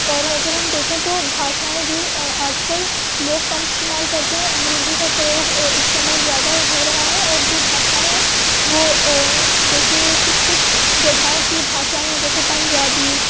और अगर हम देखें तो भाषाएं भी आज कल लोग कम इस्तेमाल करते हैं अंग्रेज़ी का प्रयोग इस समय ज़्यादा हो रहा है और जो भाषाएं हैं वो जैसे कुछ कुछ जगहों की भाषाएं जैसे पंजाबी